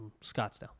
Scottsdale